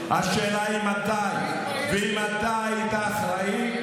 ואם אתה היית אחראי,